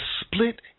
split